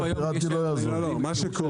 פיראטי לא יעזור פה.